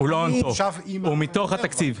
זה מתוך התקציב.